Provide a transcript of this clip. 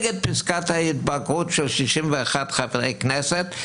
אז אני נגד פסקת ההתגברות של 61 חברי כנסת.